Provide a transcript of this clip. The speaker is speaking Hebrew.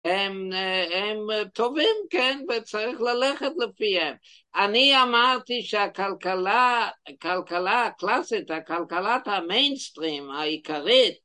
הם, הם טובים, כן, וצריך ללכת לפיהם אני אמרתי שהכלכלה, כלכלה קלאסית, כלכלת המיינסטרים העיקרית